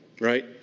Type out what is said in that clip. Right